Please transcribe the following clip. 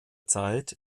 zeit